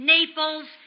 Naples